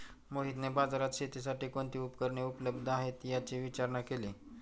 मोहितने बाजारात शेतीसाठी कोणती उपकरणे उपलब्ध आहेत, याची विचारणा केली